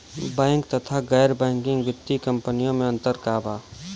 Bank तथा गैर banking वित्तीय कम्पनीयो मे अन्तर का बा?